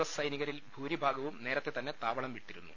S സൈനികരിൽ ഭൂരിഭാഗവും നേരത്തെ തന്നെ താവളം വിട്ടിരുന്നു